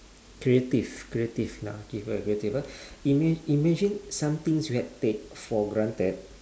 creative creative lah give her a creative ah ima~ imagine some things we had take for granted